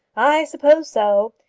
i suppose so.